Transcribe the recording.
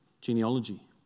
genealogy